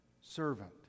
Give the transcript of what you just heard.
servant